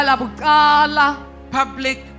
public